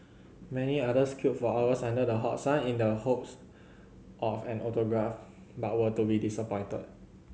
many others queued for hours under the hot sun in the hopes of an autograph but were to be disappointed